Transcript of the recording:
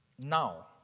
Now